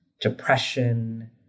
depression